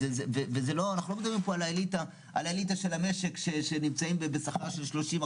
אנחנו לא מדברים פה על האליטה של המשק שנמצאים בשכר של 30,000,